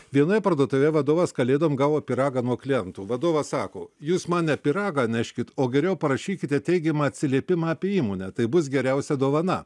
vienoje parduotuve vadovas kalėdom gavo pyragą nuo klientų vadovas sako jūs man ne pyragą neškit o geriau parašykite teigiamą atsiliepimą apie įmonę tai bus geriausia dovana